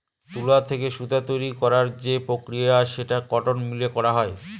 তুলা থেকে সুতা তৈরী করার যে প্রক্রিয়া সেটা কটন মিলে করা হয়